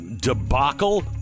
debacle